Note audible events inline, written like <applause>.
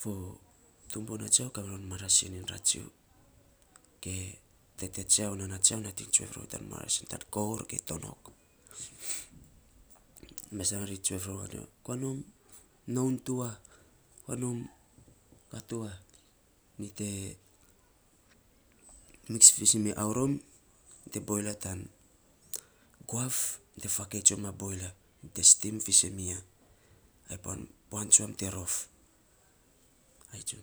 fo tumbuna tsiau kamiror marasin iny ratsu ge tete ge nana nating tsue ror tsiau tan marasin tan kourge tonok. <noise> mes nainy ri tsuef ror anyo, kua nom noun tuva kua nom ka tuva nyi te mix visen mi ya aurom ainy te boil ya tan guaf ainy te fakei ya ma boil tson ya ainy te stim fisen mi ya an puan tsuan te rof ai tsun